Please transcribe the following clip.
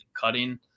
cutting